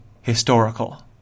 historical